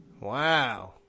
Wow